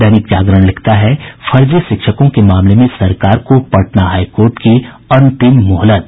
दैनिक जागरण लिखता है फर्जी शिक्षकों के मामले में सरकार को पटना हाईकोर्ट की अंतिम मोहलत